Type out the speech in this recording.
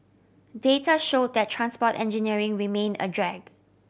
data show that transport engineering remained a drag